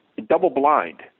double-blind